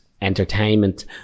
entertainment